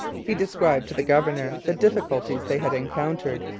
he described to the governor the difficulties they had encountered,